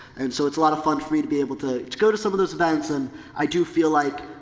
and so, it's a lot of fun for me to be able to, to go to some of those events and i do feel like,